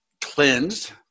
cleansed